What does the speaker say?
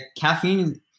caffeine